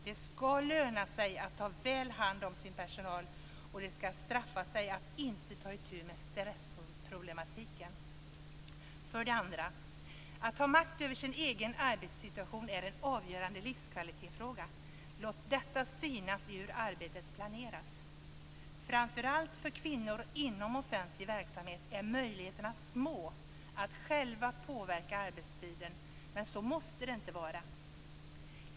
Det ska löna sig att ta väl hand om sin personal, och det ska straffa sig att inte ta itu med stressproblematiken. För det andra: Att ha makt över sin egen arbetssituation är en avgörande livskvalitetsfråga. Låt detta synas i hur arbetet planeras! Framför allt för kvinnor inom offentlig verksamhet är möjligheterna små att själva påverka arbetstiden, men så måste det inte vara.